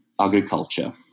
agriculture